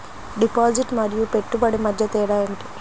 Deposit మరియు పెట్టుబడి మధ్య తేడా ఏమిటి?